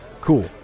Cool